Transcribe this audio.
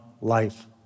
life